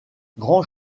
grand